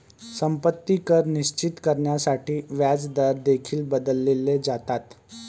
संपत्ती कर निश्चित करण्यासाठी व्याजदर देखील बदलले जातात